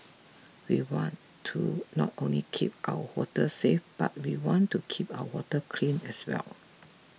we want to not only keep our waters safe but we want to keep our water clean as well